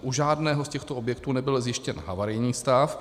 U žádného z těchto objektů nebyl zjištěn havarijní stav.